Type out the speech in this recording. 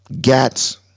gats